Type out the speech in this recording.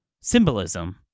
symbolism